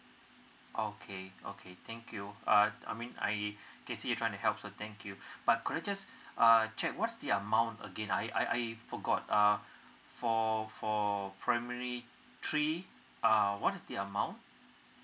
okay okay thank you uh I mean can see you are trying to help so thank you but could I just uh check what's the amount again I I forgot uh for for primary three uh what's the amount